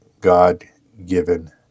God-given